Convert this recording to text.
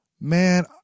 man